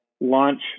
launch